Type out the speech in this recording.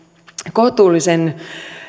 kohtuullisen